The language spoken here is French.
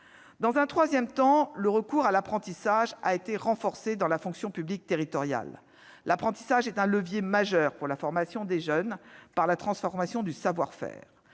Dans un troisième temps, le recours à l'apprentissage a été renforcé dans la fonction publique territoriale. L'apprentissage est un levier majeur pour la formation des jeunes, par la transmission du savoir-faire.